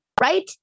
right